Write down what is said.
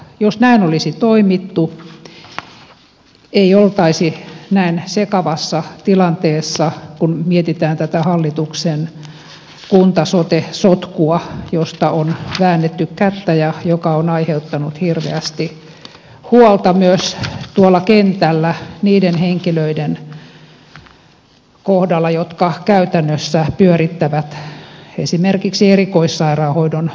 jos näin olisi toimittu ei oltaisi näin sekavassa tilanteessa kun mietitään tätä hallituksen kuntasote sotkua josta on väännetty kättä ja joka on aiheuttanut hirveästi huolta myös tuolla kentällä niiden henkilöiden kohdalla jotka käytännössä pyörittävät esimerkiksi erikoissairaanhoidon palveluja